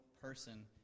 person